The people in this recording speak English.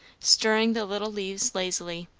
stirring the little leaves lazily,